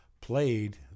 played